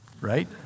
right